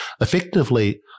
Effectively